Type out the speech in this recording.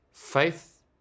Faith